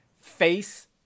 face